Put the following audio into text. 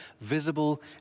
visible